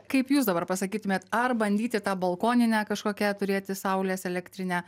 kaip jūs dabar pasakytumėt ar bandyti tą balkoninę kažkokią turėti saulės elektrinę